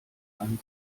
einen